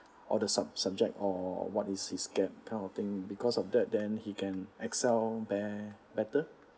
or the sub~ subject or what is his get kind of thing because of that then he can excel be~ better